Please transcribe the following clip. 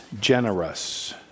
generous